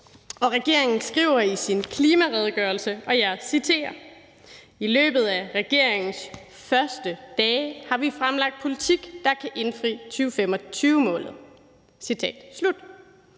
Regeringen skriver i sin klimaredegørelse, og jeg citerer: »i løbet af regeringens første dage har vi fremlagt politik, der kan indfri 2025-målet.« Men helt